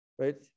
Right